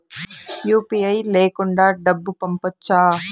UPI లేకుండా డబ్బు పంపొచ్చా